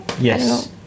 Yes